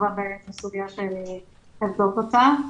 זו סוגיה שאני אבדוק אותה.